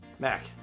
Mac